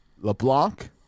LeBlanc